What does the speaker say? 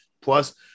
Plus